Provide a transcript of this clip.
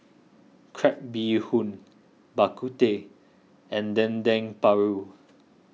Crab Bee Hoon Bak Kut Teh and Dendeng Paru